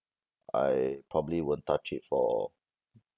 I probably won't touch it for